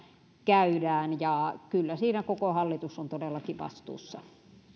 käydään ja kyllä siinä koko hallitus on todellakin vastuussa